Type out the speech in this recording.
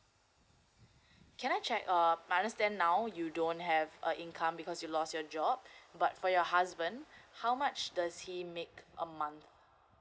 can I check um I understand now you don't have a income because you lost your job but for your husband how much does he make a month